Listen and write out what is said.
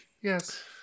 Yes